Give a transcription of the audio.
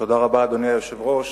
אדוני היושב-ראש,